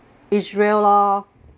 israel lor